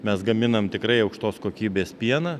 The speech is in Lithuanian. mes gaminam tikrai aukštos kokybės pieną